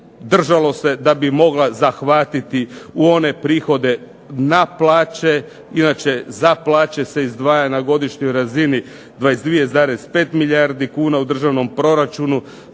držalo se da bi mogla zahvatiti u one prihode na plaće, inače za plaće se izdvaja na godišnjoj razini 22,5 milijardi kuna u državnom proračunu,